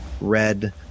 red